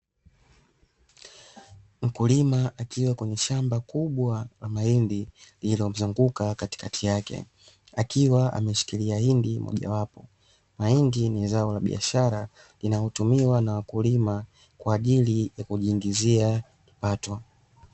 Mkulima akiwa kwenye shamba kubwa la mahindi lililomzunguka katikati yake, akiwa ameshikilia hindi mojawapo. Mahindi ni zao la biashara, linalotumiwa na wakulima kwa ajili ya kujiingizia kipato.